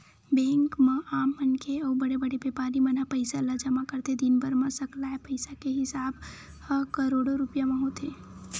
bank म आम मनखे अउ बड़े बड़े बेपारी मन ह पइसा ल जमा करथे, दिनभर म सकलाय पइसा के हिसाब ह करोड़ो रूपिया म होथे